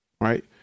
Right